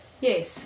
Yes